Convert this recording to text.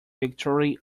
victory